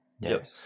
Yes